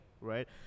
right